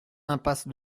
impasse